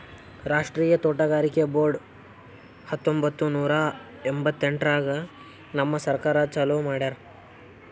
ರಾಷ್ಟ್ರೀಯ ತೋಟಗಾರಿಕೆ ಬೋರ್ಡ್ ಹತ್ತೊಂಬತ್ತು ನೂರಾ ಎಂಭತ್ತೆಂಟರಾಗ್ ನಮ್ ಸರ್ಕಾರ ಚಾಲೂ ಮಾಡ್ಯಾರ್